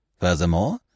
Furthermore